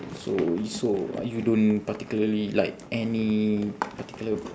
so it's so uh you don't particularly like any particular